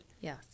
Yes